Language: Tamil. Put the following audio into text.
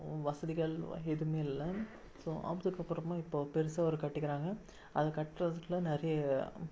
வசதிகள் எதுவுமே இல்லை ஸோ அப்புறமா இப்போது பெருசாக ஒரு கட்டிருக்கிறாங்க அதை கட்டுறதுல நிறைய